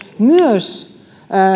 myös